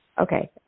okay